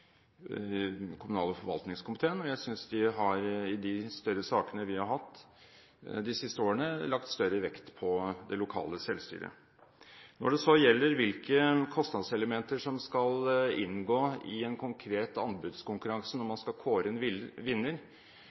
i kommunal- og forvaltningskomiteen, og jeg synes at de i de større sakene vi har hatt de siste årene, har lagt større vekt på det lokale selvstyret. Når det gjelder hvilke kostnadselementer som skal inngå i en konkret anbudskonkurranse når man skal kåre en vinner,